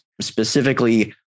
specifically